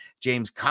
James